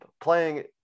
playing